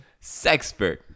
Sexpert